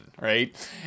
right